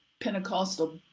Pentecostal